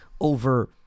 over